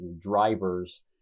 drivers